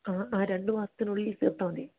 ആ രണ്ടുമാസത്തിനുള്ളിൽ തീര്ത്താൽ മതി